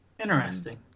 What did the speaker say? Interesting